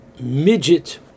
midget